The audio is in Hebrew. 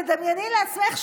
תדמייני לעצמך,